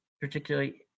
particularly